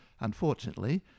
Unfortunately